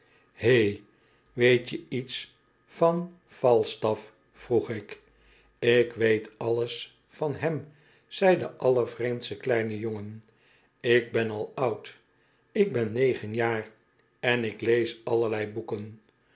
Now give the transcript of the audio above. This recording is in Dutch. hé weet je iets van fallstaff vroeg ik ik weet alles van hem zei de allervreemdste kleine jongen ik ben al oud ik ben negen jaar en ik lees allerlei boeken